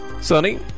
Sunny